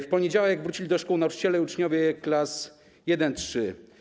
W poniedziałek wrócili do szkół nauczyciele i uczniowie klas I-III.